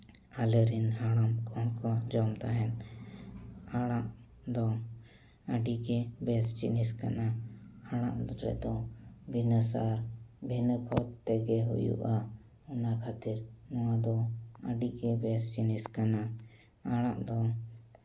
ᱟᱞᱮᱨᱮᱱ ᱦᱟᱲᱟᱢ ᱠᱚᱦᱚᱸ ᱠᱚ ᱡᱚᱢ ᱛᱟᱦᱮᱫ ᱟᱲᱟᱜ ᱫᱚ ᱟᱹᱰᱤᱜᱮ ᱵᱮᱥ ᱡᱤᱱᱤᱥ ᱠᱟᱱᱟ ᱟᱲᱟᱜ ᱨᱮᱫᱚ ᱵᱤᱱᱟᱹ ᱥᱟᱨ ᱵᱤᱱᱟᱹ ᱠᱷᱚᱛ ᱛᱮᱜᱮ ᱦᱩᱭᱩᱜᱼᱟ ᱚᱱᱟ ᱠᱷᱟᱹᱛᱤᱨ ᱱᱚᱣᱟᱫᱚ ᱟᱹᱰᱤᱜᱮ ᱵᱮᱥ ᱡᱤᱱᱤᱥ ᱠᱟᱱᱟ ᱟᱲᱟᱜ ᱫᱚ